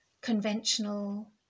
conventional